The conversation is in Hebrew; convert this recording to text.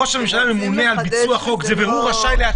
ראש הממשלה ממונה על ביצוע חוק זה והוא רשאי להתקין.